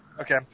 Okay